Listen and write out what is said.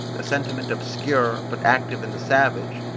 a sentiment obscure but active in the savage,